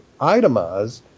itemize